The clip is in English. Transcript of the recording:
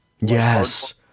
Yes